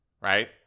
right